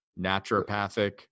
naturopathic